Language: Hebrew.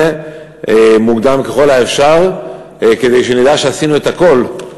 מוקדם ככל האפשר כדי שנדע שעשינו הכול,